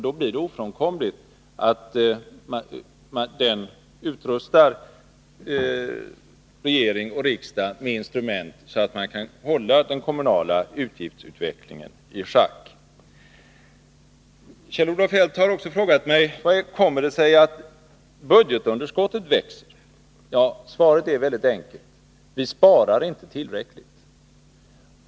Det blir ofrånkomligt att regering och riksdag utrustas med instrument så att den kommunala utgiftsutvecklingen kan hållas i schack. Kjell-Olof Feldt har också frågat mig: Hur kommer det sig att budgetunderskottet växer? Svaret är enkelt: Vi sparar inte tillräckligt.